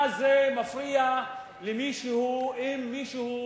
מה זה מפריע למישהו אם מישהו,